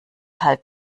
halt